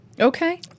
Okay